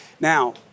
Now